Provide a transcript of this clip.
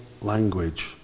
language